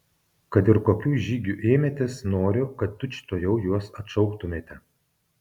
kad ir kokių žygių ėmėtės noriu kad tučtuojau juos atšauktumėte